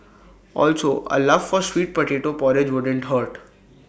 also A love for sweet potato porridge wouldn't hurt